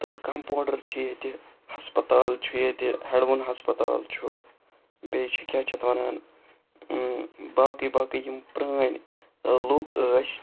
تہٕ کَمپوڈَر چھِ ییٚتہِ ہَسپَتال چھُ ییٚتہِ ہٮ۪ڈوُن ہَسپَتال چھُ بیٚیہِ چھِ کیٛاہ چھِ اَتھ وَنان باقٕے باقٕے یِم پرٛٲنۍ لُکھ ٲسۍ